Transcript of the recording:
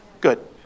Good